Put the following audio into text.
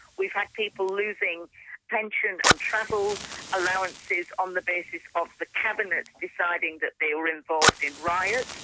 we've had people losing pension and travel allowances on the basis of the cabinet deciding that they were involved in riots,